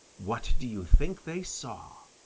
what do you think they saw?